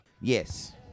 Yes